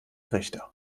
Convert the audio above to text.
richter